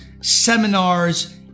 seminars